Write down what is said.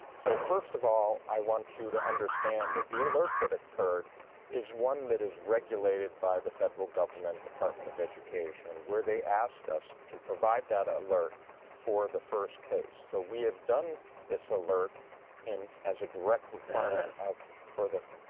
so, first of all, i want you to understand that the alert that occurred is one that is regulated by the federal government department of education where they ask us to provide that alert for the first case. so we have done this alert and as a direct requirement for the